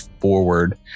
forward